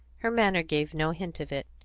her manner gave no hint of it.